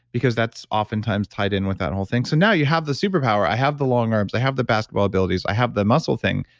because that's oftentimes tied in with that whole thing. so now you have the super power. i have the long arms, i have the basketball abilities, i have the muscle thing.